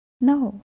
No